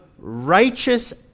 righteous